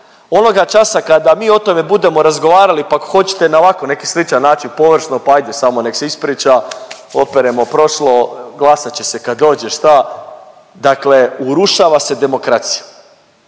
onoga časa kada mi o tome budemo razgovarali, pa ako hoćete na ovako neki sličan način, površno, pa ajde samo nek se ispriča, operemo, prošlo, glasat će se kad dođe, šta, dakle urušava se demokracija